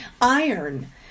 iron